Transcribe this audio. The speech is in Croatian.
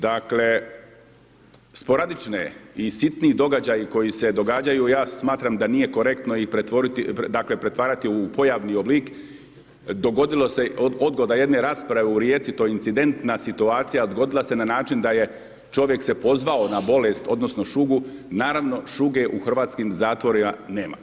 Dakle sporadične i sitni događaji koji se događaju, ja smatram da nije korektno i dakle pretvarati u pojavni oblik, dogodila se odgoda jedne rasprave u Rijeci, to je incidentna situacija, odgodila se na način da je čovjek se pozvao na bolest odnosno šugu, naravno šuge u hrvatskim zatvorima nema.